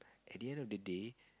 at the end of the day